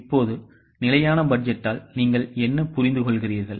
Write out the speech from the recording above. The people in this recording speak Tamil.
இப்போது நிலையான பட்ஜெட்டால் நீங்கள் என்ன புரிந்துகொள்கிறீர்கள்